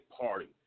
Party